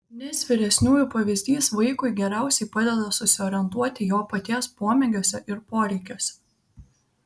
nes vyresniųjų pavyzdys vaikui geriausiai padeda susiorientuoti jo paties pomėgiuose ir poreikiuose